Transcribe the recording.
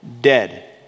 dead